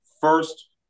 first